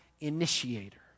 initiator